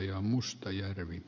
arvoisa puhemies